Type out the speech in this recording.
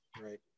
Right